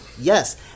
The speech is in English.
Yes